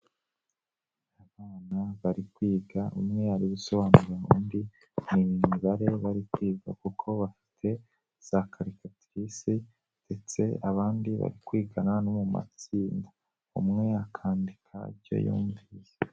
Abana bari kwiga umwe ari gusobanura undi, ni imibare bari kwiga kuko bafite za karikatirise ndetse abandi bari kwigana no mu matsinda, umwe akandika ibyo yumvise.